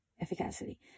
efficacy